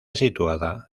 situada